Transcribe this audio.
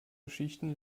geschichten